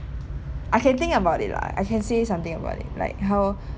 I can think about it lah I can say something about it like how